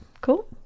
cool